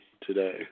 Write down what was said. today